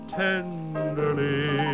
tenderly